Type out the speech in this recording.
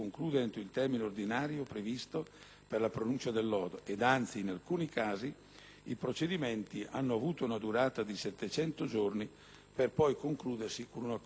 i procedimenti hanno avuto una durata di 700 giorni per poi concludersi con un accordo transattivo. Il provvedimento al nostro esame rischia, dunque, di innescare una bomba